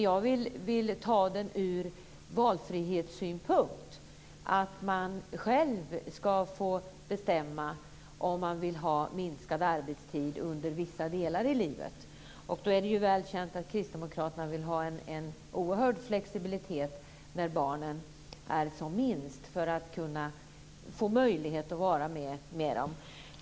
Jag vill ta upp den ur valfrihetssynpunkt, dvs. att man själv ska få bestämma om man vill ha minskad arbetstid under vissa delar i livet. Det är väl känt att kristdemokraterna vill ha en oerhörd flexibilitet när barnen är som minst, för att kunna få möjlighet att vara med dem.